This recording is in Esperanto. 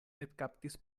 ekkaptis